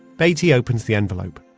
beatty opens the envelope,